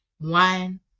One